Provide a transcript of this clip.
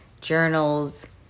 journals